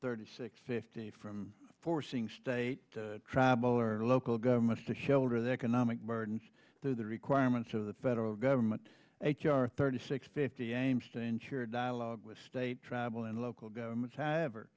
thirty six fifty from forcing state tribal or local governments to shoulder the economic burden through the requirements of the federal government h r thirty fifty aims to ensure dialogue with state travel and local governments however